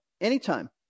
anytime